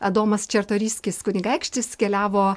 adomas čartoriskis kunigaikštis keliavo